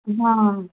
हा